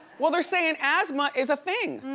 well, they're saying asthma is a thing.